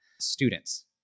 students